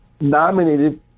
nominated